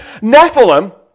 Nephilim